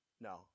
No